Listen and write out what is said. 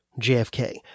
JFK